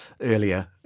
earlier